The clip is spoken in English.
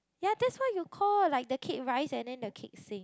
ya that's why you call like the cake rise and then the cake sink